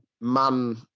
man